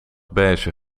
beige